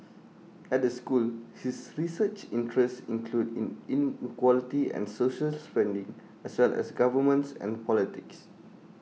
at the school his research interests include in inequality and social spending as well as governance and politics